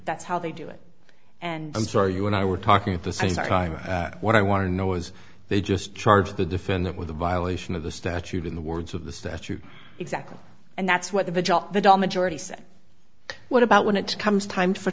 that's how they do it and i'm sorry you and i were talking at the same time what i want to know is they just charge the defendant with a violation of the statute in the words of the statute exactly and that's what the job the da majority said what about when it comes time for